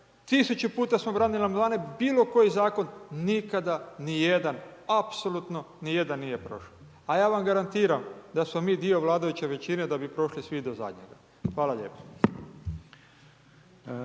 1000 puta smo branili amandmane bilo koji zakon, nikada ni jedan, apsolutno ni jedan nije prošo. A ja vam garantiram da smo mi dio vladajuće većine da bi prošli svi do zadnjega. Hvala lijepo.